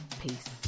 peace